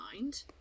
mind